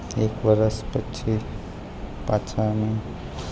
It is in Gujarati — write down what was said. એક વર્ષ પછી પાછા અમે